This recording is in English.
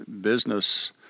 Business